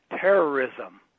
terrorism